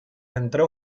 entró